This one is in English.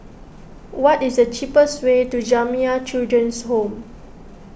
what is the cheapest way to Jamiyah Children's Home